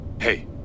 Hey